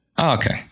Okay